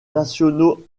nationaux